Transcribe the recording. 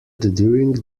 during